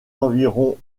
environ